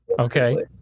okay